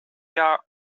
jag